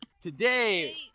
Today